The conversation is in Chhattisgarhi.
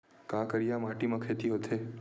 का करिया माटी म खेती होथे?